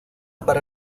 para